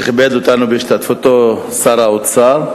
כשכיבד אותנו בהשתתפותו שר האוצר,